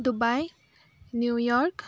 Dubai New York